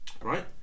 Right